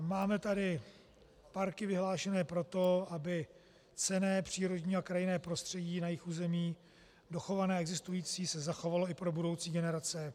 Máme tady parky vyhlášené proto, aby cenné přírodní a krajinné prostředí na jejich území dochované a existující se zachovalo i pro budoucí generace.